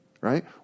Right